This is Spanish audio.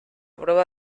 prueba